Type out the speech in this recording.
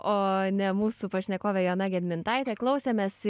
o ne mūsų pašnekovė joana gedmintaitė klausėmės